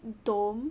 dome